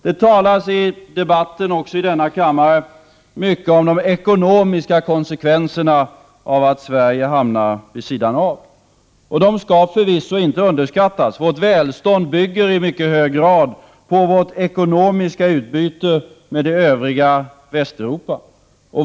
Det talas också i denna kammare mycket om de ekonomiska konsekvenserna av att Sverige hamnar vid sidan av. Dessa konsekvenser skall förvisso inte underskattas. Vårt välstånd bygger i mycket hög grad på vårt ekonomiska utbyte med det övriga Västeuropa.